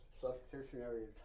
substitutionary